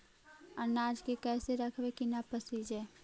अनाज के कैसे रखबै कि न पसिजै?